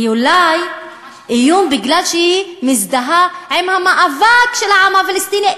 היא אולי איום בגלל שהיא מזדהה עם המאבק של העם הפלסטיני,